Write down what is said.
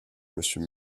monsieur